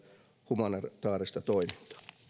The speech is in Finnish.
humanitaarista toimintaa